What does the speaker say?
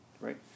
right